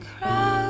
crowd